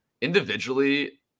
individually